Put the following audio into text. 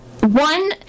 One